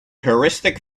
heuristic